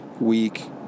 week